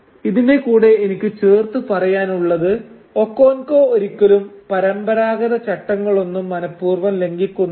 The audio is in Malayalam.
ഇതിന്റെ കൂടെ എനിക്ക് ചേർത്ത് പറയാനുള്ളത് ഒക്കോൻകോ ഒരിക്കലും പരമ്പരാഗത ചട്ടങ്ങളൊന്നും മനപൂർവ്വം ലംഘിക്കുന്നില്ല